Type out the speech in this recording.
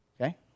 Okay